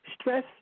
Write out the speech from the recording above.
stress